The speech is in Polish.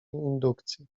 indukcji